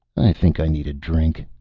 i think i need a drink,